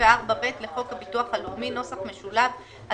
174ב לחוק הביטוח הלאומי , התשנ"ה-1995,